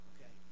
Okay